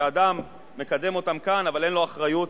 שאדם מקדם אותן כאן אבל אין לו אחריות לתוצאות,